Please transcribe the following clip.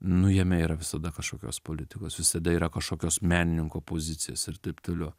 nu jame yra visada kažkokios politikos visada yra kažkokios menininko pozicijos ir taip toliau